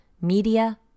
media